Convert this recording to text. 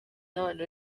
n’abantu